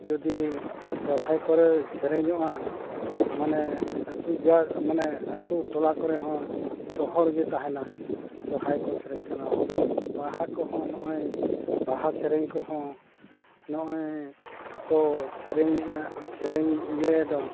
ᱡᱩᱫᱤ ᱥᱚᱦᱚᱨᱟᱭ ᱠᱚᱨᱮ ᱥᱮᱨᱮᱧᱚᱜᱼᱟ ᱢᱟᱱᱮ ᱟᱛᱳ ᱡᱟᱜ ᱢᱟᱱᱮ ᱟᱛᱳ ᱴᱚᱞᱟ ᱠᱚᱨᱮᱦᱚᱸ ᱡᱚᱦᱚᱲ ᱜᱮ ᱛᱟᱦᱮᱱᱟ ᱥᱚᱦᱚᱨᱟᱭ ᱠᱚ ᱥᱮᱨᱮᱧ ᱠᱟᱱᱟ ᱵᱟᱦᱟ ᱠᱚᱦᱚᱸ ᱱᱚᱜᱼᱚᱭ ᱵᱟᱦᱟ ᱥᱮᱨᱮᱧ ᱠᱚᱦᱚᱸ ᱱᱚᱜᱼᱚᱭ ᱠᱚ ᱥᱮᱨᱮᱧᱮᱫᱟ ᱥᱮᱨᱮᱧ ᱤᱭᱟᱹᱭ ᱫᱚ